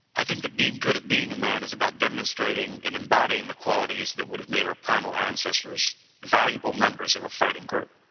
i think that being good at being a man is about demonstrating and embodying the qualities that would have made our primal ancestors valuable members of a fighting group